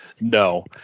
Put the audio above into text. No